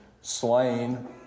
slain